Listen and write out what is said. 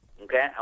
okay